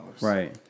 Right